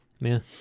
man